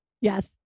Yes